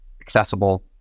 accessible